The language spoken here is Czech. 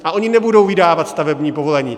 A oni nebudou vydávat stavební povolení.